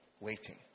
waiting